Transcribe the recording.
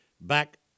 back